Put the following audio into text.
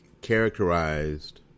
characterized